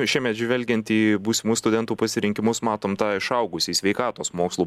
šiemet žvelgiant į būsimų studentų pasirinkimus matom tą išaugusį sveikatos mokslų